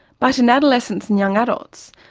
but in adolescents and young adults,